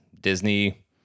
Disney